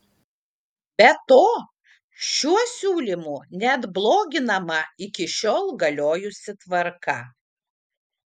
be to šiuo siūlymu net bloginama iki šiol galiojusi tvarka